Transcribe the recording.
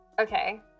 Okay